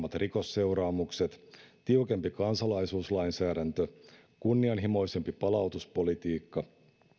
ankarammat rikosseuraamukset tiukempi kansalaisuuslainsäädäntö kunnianhimoisempi palautuspolitiikka